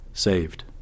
saved